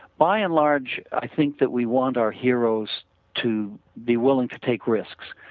by and large i think that we want our heroes to be willing to take risks.